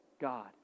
God